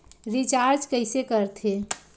Recharge कइसे कर थे?